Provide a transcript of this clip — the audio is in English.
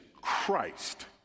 Christ